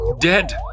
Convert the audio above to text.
dead